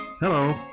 Hello